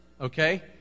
Okay